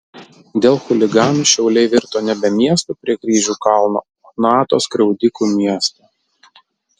dėl chuliganų šiauliai virto nebe miestu prie kryžių kalno o nato skriaudikų miestu